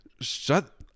shut